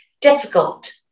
difficult